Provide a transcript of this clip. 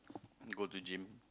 go to gym